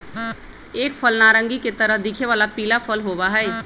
एक फल नारंगी के तरह दिखे वाला पीला फल होबा हई